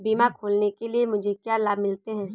बीमा खोलने के लिए मुझे क्या लाभ मिलते हैं?